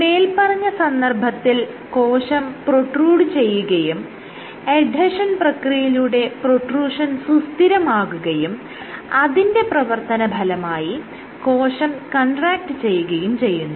മേല്പറഞ്ഞ സന്ദർഭത്തിൽ കോശം പ്രൊട്രൂഡ് ചെയ്യുകയും എഡ്ഹെഷൻ പ്രക്രിയയിലൂടെ പ്രൊട്രൂഷൻ സുസ്ഥിരമാകുകയും അതിന്റെ പ്രവർത്തനഫലമായി കോശം കൺട്രാക്ട് ചെയ്യുകയും ചെയ്യുന്നു